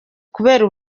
kubera